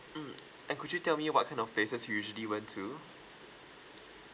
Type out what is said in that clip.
mm uh could you tell me what kind of places you usually went to